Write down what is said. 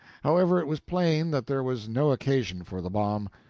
however, it was plain that there was no occasion for the bomb.